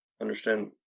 understand